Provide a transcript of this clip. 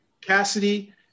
Cassidy